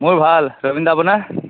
মোৰ ভাল ৰবীন দা আপোনাৰ